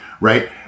right